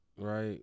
right